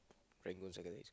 Rangoon secondary school